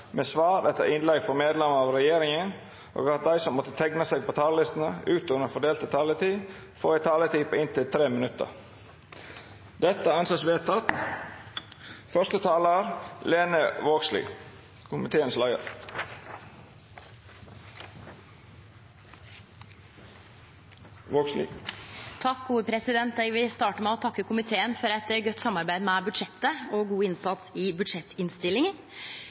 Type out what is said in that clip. med svar etter innlegg frå medlemer av regjeringa, og at dei som måtte teikna seg på talarlista utover den fordelte taletida, får ei taletid på inntil 3 minutt. Det er vedteke. Eg vil starte med å takke komiteen for eit godt samarbeid med budsjettet og god innsats med budsjettinnstillinga. Tryggleik i